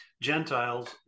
Gentiles